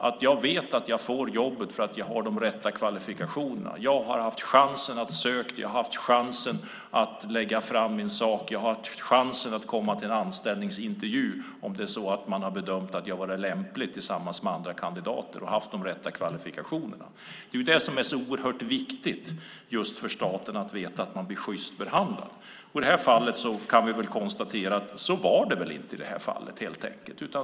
Jag ska veta att jag får jobbet för att jag har de rätta kvalifikationerna och att jag har haft chansen att söka, lägga fram min sak och få komma till en anställningsintervju om jag har bedömts som lämplig tillsammans med andra kandidater. Det är oerhört viktigt att veta att jag blir sjyst behandlad i staten. I det här fallet kan vi konstatera att det inte var så.